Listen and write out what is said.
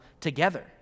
together